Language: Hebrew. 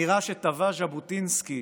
האמירה שטבע ז'בוטינסקי,